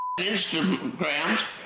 Instagrams